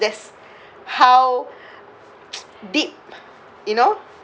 that's how deep you know